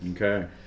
Okay